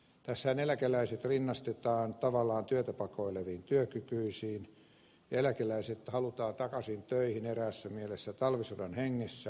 tässähän eläkeläiset rinnastetaan tavallaan työtä pakoileviin työkykyisiin ja eläkeläiset halutaan takaisin töihin eräässä mielessä talvisodan hengessä